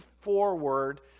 forward